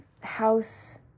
house